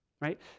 right